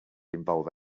involve